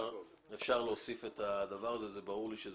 בזה.